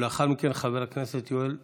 לאחר מכן, חבר הכנסת יואב סגלוביץ'.